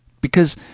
because